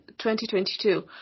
2022